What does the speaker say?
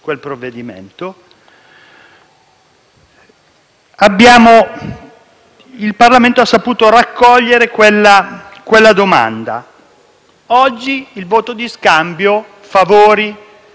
provvedimento - di raccogliere quella domanda. Oggi il voto di scambio (favori in cambio di voti) c'è.